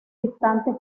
distantes